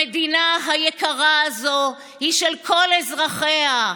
המדינה היקרה הזאת היא של כל אזרחיה,